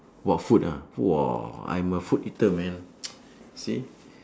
!wah! food ah !wah! I'm a food eater man see